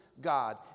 God